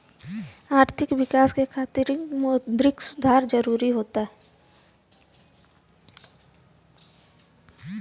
आर्थिक विकास क खातिर मौद्रिक सुधार जरुरी होला